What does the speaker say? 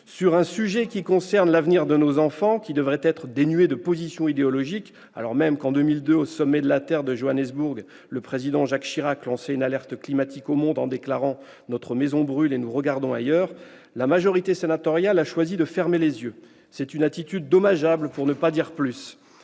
Sur un sujet qui concerne l'avenir de nos enfants et qui devrait être dénué de position idéologique, alors même qu'en 2002, au sommet de la Terre de Johannesburg, le président Jacques Chirac lançait une alerte climatique au monde en déclarant :« Notre maison brûle et nous regardons ailleurs », la majorité sénatoriale a choisi de fermer les yeux. C'est une attitude dommageable, pour ne pas dire plus.